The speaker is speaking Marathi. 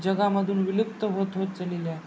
जगामधून विलुप्त होत होत चलेल्या